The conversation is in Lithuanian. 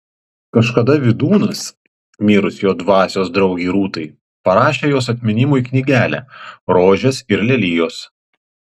kažkada vydūnas mirus jo dvasios draugei rūtai parašė jos atminimui knygelę rožės ir lelijos